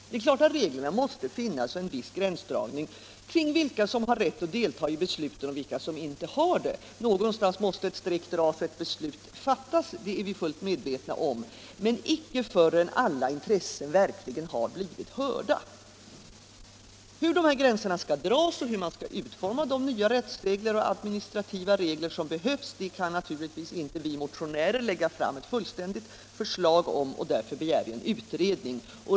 omarbetning av Regler måste finnas och en viss gränsdragning kring vilka som har = miljöskyddslagstifträtt att delta i besluten och vilka som inte har det. Någonstans måste ningen m.m. ett streck dras och beslut fattas, men inte förrän alla intressen verkligen blivit hörda. Hur dessa gränser skall dras, hur man skall utforma de nya rättsregler och administrativa regler som behövs, det kan inte vi motionärer lägga fram ett fullständigt förslag om. Därför begär vi en utredning.